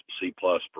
C-plus